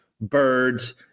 birds